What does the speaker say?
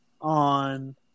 on